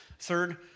Third